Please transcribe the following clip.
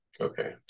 okay